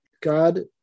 god